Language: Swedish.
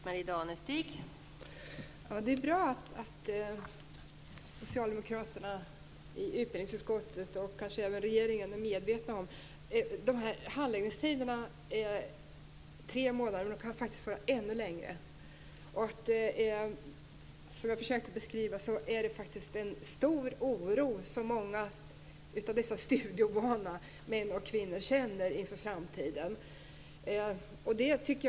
Fru talman! Det är bra att socialdemokraterna i utbildningsutskottet, och kanske även regeringen, är medvetna om problemet. Majléne Westerlund Panke talar om handläggningstider på tre månader, men de kan faktiskt vara ännu längre. Många av dessa studieovana män och kvinnor känner faktiskt en stor oro inför framtiden.